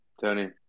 Tony